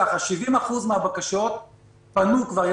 ככה: 70% מהבקשות פנו כבר,